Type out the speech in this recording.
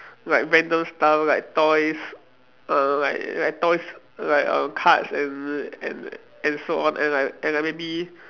like random stuff like toys err like like toys like err cards and and and so on and like and like maybe